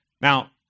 Now